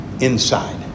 inside